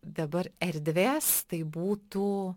dabar erdvės tai būtų